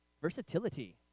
Versatility